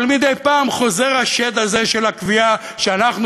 אבל מדי פעם חוזר השד הזה של הקביעה שאנחנו